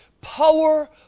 power